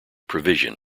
provision